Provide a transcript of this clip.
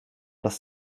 dass